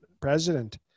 president